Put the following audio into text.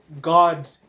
God